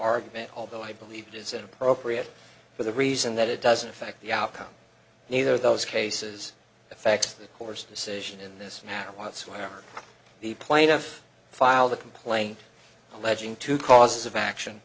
argument although i believe it is inappropriate for the reason that it doesn't affect the outcome neither of those cases effects the course decision in this matter wants where the plaintiff filed a complaint alleging two causes of action